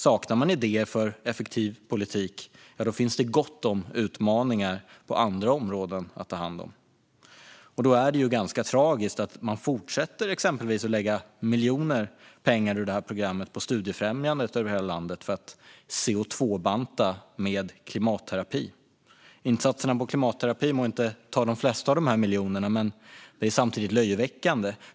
Saknar man idéer för mer effektiv politik finns det gott om utmaningar på andra områden att ta hand om. Därför är det ganska tragiskt att man fortsätter att exempelvis lägga miljoner ur det här programmet på studiefrämjanden över hela landet för att "CO2-banta" med "klimatterapi". Satsningarna på klimatterapi må kanske inte uppta de flesta av dessa miljoner, men det är samtidigt löjeväckande.